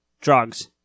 Drugs